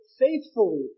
faithfully